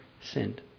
sinned